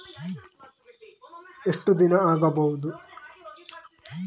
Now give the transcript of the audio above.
ಎಷ್ಟು ದಿನ ಆಗ್ಬಹುದು?